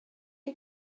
you